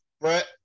Brett